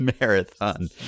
Marathon